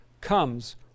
comes